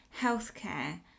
healthcare